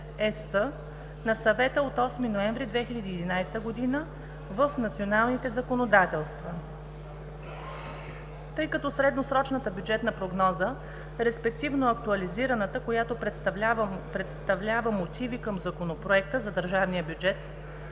на Съвета от 8 ноември 2011 г. в националните законодателства. Тъй като средносрочната бюджетна прогноза, респективно актуализираната, която представлява мотиви към Законопроекта за държавния бюджет,